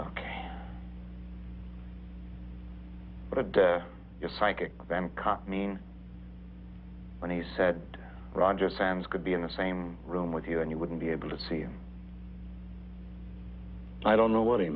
caught mean when he said roger sands could be in the same room with you and you wouldn't be able to see him i don't know what he